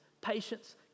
patience